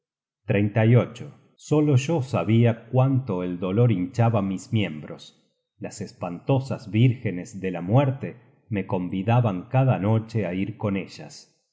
se solo yo sabia cuánto el dolor hinchaba mis miembros las espantosas vírgenes de la muerte me convidaban cada noche á ir con ellas